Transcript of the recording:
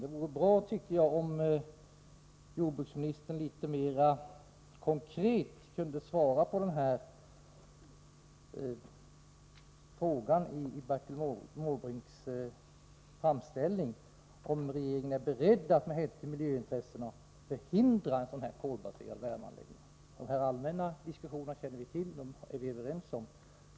Det vore bra, tycker jag, ifall jordbruksministern litet mera konkret kunde svara på Bertil Måbrinks fråga, om regeringen är beredd att med hänsyn till miljöintressena förhindra att en sådan här koibaserad värmeanläggning startas. De allmänna synpunkterna känner vi till, och där är vi överens.